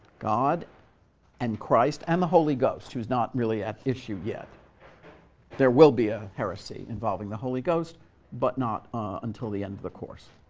god and christ and the holy ghost, who's not really at issue yet there will be a heresy involving the holy ghost, but not until the end the course